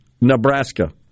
Nebraska